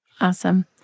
Awesome